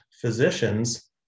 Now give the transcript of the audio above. physicians